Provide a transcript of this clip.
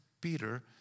Peter